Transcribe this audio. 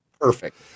Perfect